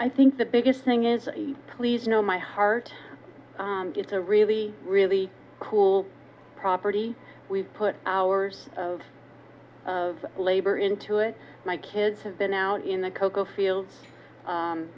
i think the biggest thing is a please know my heart is a really really cool property we've put hours of of labor into it my kids have been out in the cocoa fields